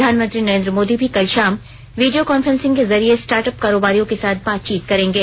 प्रधानमंत्री नरेन्द्र मोदी भी कल शाम वीडियो कांफ्रेसिंग के जरिये स्टार्टअप कारोबारियों के साथ बातचीत करेंगे